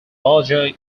larger